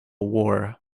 war